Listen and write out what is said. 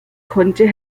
konnte